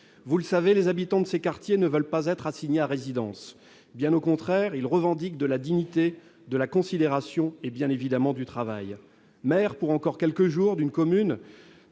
vous le savez, les habitants de ces quartiers ne veulent pas être assigné à résidence, bien au contraire, il revendique de la dignité de la considération et bien évidemment du travail maire pour encore quelques jours d'une commune